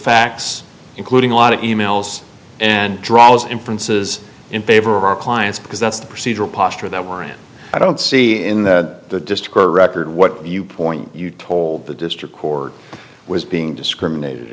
facts including a lot of e mails and draws inferences in favor of our clients because that's the procedural posture that we're in i don't see in that just correct or what you point you told the district court was being discriminated